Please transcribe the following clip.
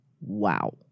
Wow